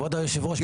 כבוד יושב הראש,